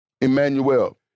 Emmanuel